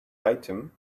item